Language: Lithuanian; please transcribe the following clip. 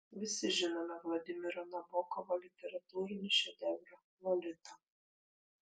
visi žinome vladimiro nabokovo literatūrinį šedevrą lolita